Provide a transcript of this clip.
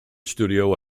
studio